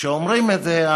כשאומרים את זה,